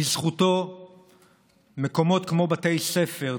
בזכותו מקומות כמו בתי ספר,